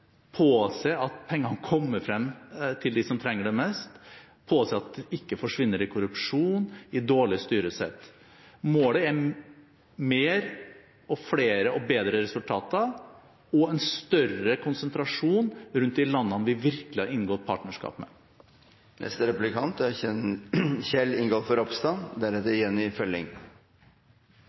påse at pengene kommer frem til dem som trenger det mest, og påse at de ikke forsvinner i korrupsjon, i dårlig styresett. Målet er mer og flere og bedre resultater og en større konsentrasjon rundt de landene vi virkelig har inngått partnerskap med.